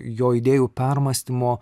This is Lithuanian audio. jo idėjų permąstymo